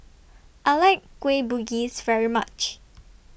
I like Kueh Bugis very much